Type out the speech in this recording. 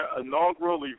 inaugural